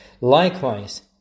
Likewise